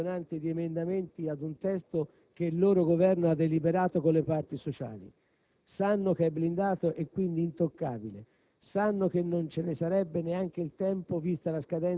questi, infatti, presentano un numero impressionante di emendamenti ad un testo che il loro Governo ha deliberato con le parti sociali; sanno che è blindato e quindi intoccabile;